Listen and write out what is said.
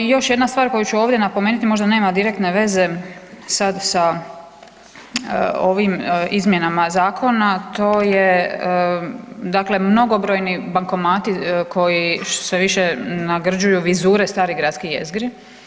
Još jedna stvar koju ću ovdje napomenuti možda nema direktne veze sad sa ovim izmjenama zakona, to je dakle mnogobrojni bankomati koji sve više nagrđuju vizure stare gradske jezgre.